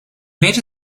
made